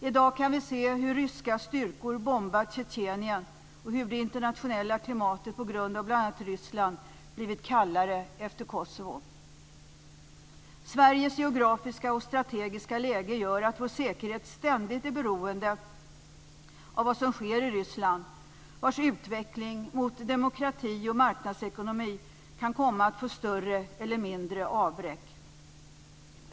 I dag kan vi se hur ryska styrkor bombar Tjetjenien och hur det internationella klimatet på grund av bl.a. Ryssland blivit kallare efter Sveriges geografiska och strategiska läge gör att vår säkerhet ständigt är beroende av vad som sker i Ryssland, vars utveckling mot demokrati och marknadsekonomi kan komma att få större eller mindre avbräck.